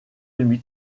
demi